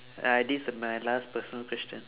uh this is my last personal question